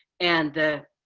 and the,